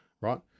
Right